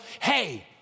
hey